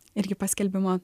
irgi paskelbimo